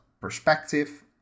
perspective